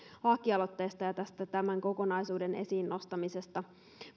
lakialoitteesta ja tämän kokonaisuuden esiin nostamisesta